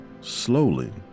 Slowly